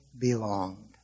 belonged